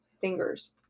fingers